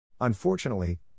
Unfortunately